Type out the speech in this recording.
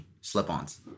slip-ons